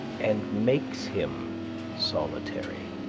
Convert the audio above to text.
and makes him solitary?